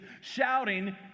shouting